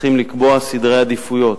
צריכים לקבוע סדרי עדיפויות.